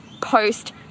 post